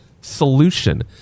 solution